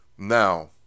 Now